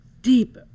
deep